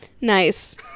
Nice